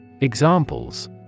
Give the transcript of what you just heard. Examples